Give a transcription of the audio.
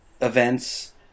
events